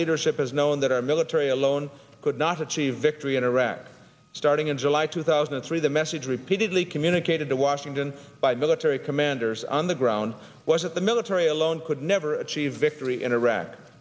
leadership has known that our military alone could not achieve victory in iraq starting in july two thousand and three the message repeatedly communicated to washington by military commanders on the ground was that the military alone could never achieve victory in iraq